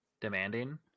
demanding